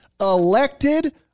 elected